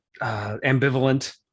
Ambivalent